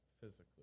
physically